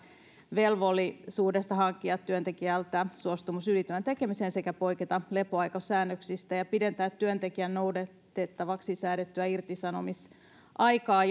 velvollisuudesta hankkia työntekijältä suostumus ylityön tekemiseen sekä poiketa lepoaikasäännöksistä ja pidentää työntekijän noudatettavaksi säädettyä irtisanomisaikaa